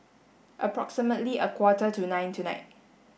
approximately a quarter to nine tonight